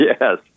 Yes